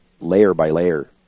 layer-by-layer